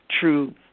true